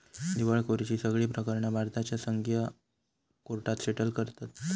दिवळखोरीची सगळी प्रकरणा भारताच्या संघीय कोर्टात सेटल करतत